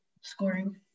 scoring